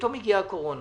פתאום הגיעה הקורונה